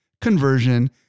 conversion